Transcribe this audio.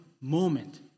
moment